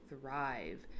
thrive